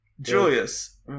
Julius